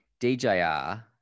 DJR